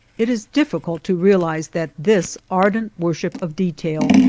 it is difficult to realize that this ardent worship of detail,